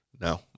No